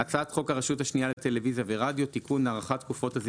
אקרא כמובן משהו מאוד ראשוני.